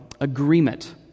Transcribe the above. agreement